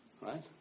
Right